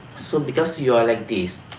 so because you are like this.